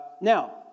now